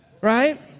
right